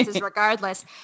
regardless